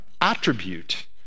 attribute